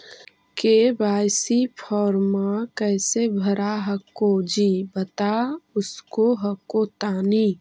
KYC फॉर्मा कैसे भरा हको जी बता उसको हको तानी?